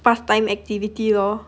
part time activity lor